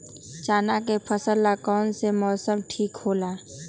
चाना के फसल ला कौन मौसम ठीक होला?